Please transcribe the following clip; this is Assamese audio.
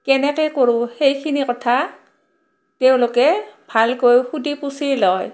কেনেকৈ কৰোঁ সেইখিনি কথা তেওঁলোকে ভালকৈ শুধি পুচি লয়